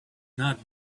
not